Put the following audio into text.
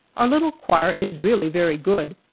our little choir is really very good.